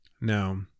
Now